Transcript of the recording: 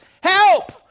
Help